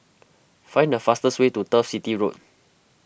find the fastest way to Turf City Road